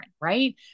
right